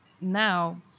now